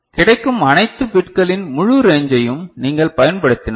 கிடைக்கும் அனைத்து பிட்களின் முழு ரேஞ்சையும் நீங்கள் பயன்படுத்தினால்